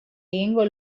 egingo